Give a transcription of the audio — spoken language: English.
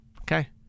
Okay